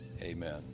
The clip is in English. Amen